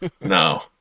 No